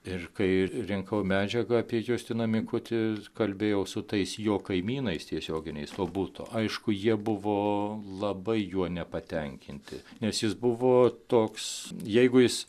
ir kai rinkau medžiagą apie justiną mikutį kalbėjau su tais jo kaimynais tiesioginiais tuo buto aišku jie buvo labai juo nepatenkinti nes jis buvo toks jeigu jis